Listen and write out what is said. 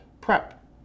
PrEP